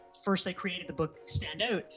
first i created the book stand out,